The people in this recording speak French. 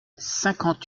cinquante